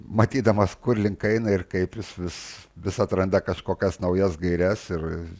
matydamas kurlink eina ir kaip jis vis vis atranda kažkokias naujas gaires ir